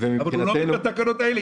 אבל הוא לא עומד בתקנות האלה.